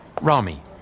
Rami